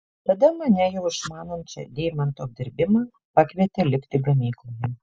tada mane jau išmanančią deimantų apdirbimą pakvietė likti gamykloje